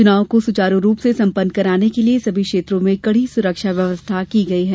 चुनाव को सुचारु रूप से संपन्न कराने के लिए सभी क्षेत्रों में कड़ी सुरक्षा व्यवस्था की गई हैं